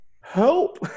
help